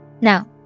Now